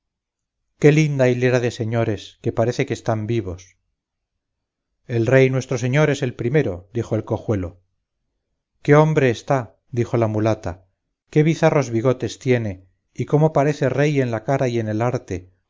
qué linda hilera de señores que parece que están vivos el rey nuestro señor es el primero dijo el cojuelo qué hombre está dijo la mulata qué bizarros bigotes tiene y cómo parece rey en la cara y en el arte